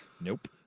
Nope